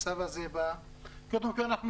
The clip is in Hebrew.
הצו הזה בא קודם כל כי כן,